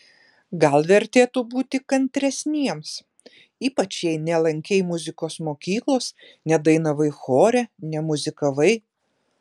gal vertėtų būti kantresniems ypač jei nelankei muzikos mokyklos nedainavai chore nemuzikavai